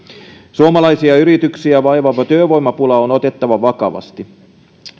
suomalaisia yrityksiä vaivaava työvoimapula on otettava vakavasti